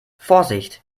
vorsicht